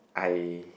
I